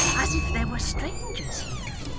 as if there were strangers here,